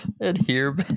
Adhere